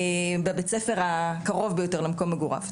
בבית הספר הקרוב ביותר למקום מגוריו.